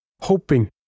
hoping